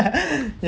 ya